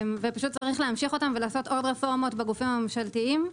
צריך להמשיך אותם ולעשות עוד רפורמות בגופים הממשלתיים,